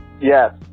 Yes